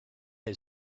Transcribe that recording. had